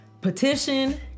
petition